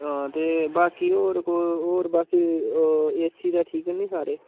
हां ते बाकी होर कि होर एसी ते ठीक ऐ नी सारे